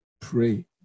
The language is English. Pray